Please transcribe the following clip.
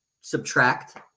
subtract